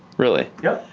really? yeah.